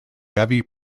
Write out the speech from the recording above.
heavy